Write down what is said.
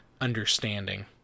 understanding